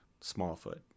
Smallfoot